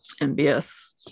MBS